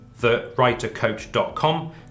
thewritercoach.com